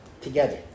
together